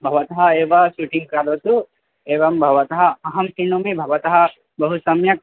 भवान् एव शूटिङ्ग् करोतु एवं भवतः अहं चिनोमि भवतः बहु सम्यक्